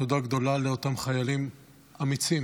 תודה גדולה לאותם חיילים אמיצים,